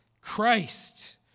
Christ